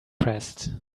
pressed